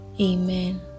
Amen